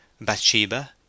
Bathsheba